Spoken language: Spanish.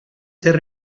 ser